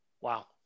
Wow